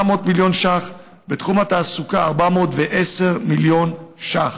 800 מיליון ש"ח, בתחום התעסוקה, 410 מיליון ש"ח.